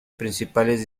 principales